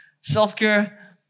self-care